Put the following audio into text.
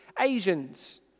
Asians